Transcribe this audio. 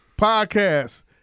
Podcast